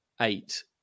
eight